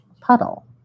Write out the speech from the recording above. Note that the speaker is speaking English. puddle